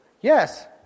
Yes